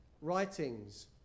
writings